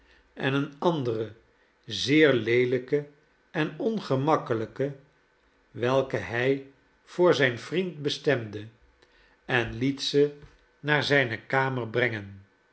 en een anderen zeer leelijken en ongemakkelijken welken hij voor zijn vriend bestemde en liet ze naar zijne kamer brengen